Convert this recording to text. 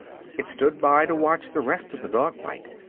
it stood by to watch the rest of the dog-fight.